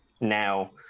now